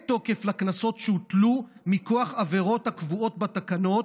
תוקף לקנסות שהוטלו מכוח עבירות הקבועות בהן,